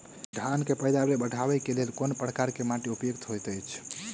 धान केँ पैदावार बढ़बई केँ लेल केँ प्रकार केँ माटि उपयुक्त होइत अछि?